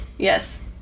yes